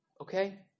Okay